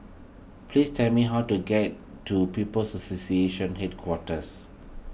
please tell me how to get to People's Association Headquarters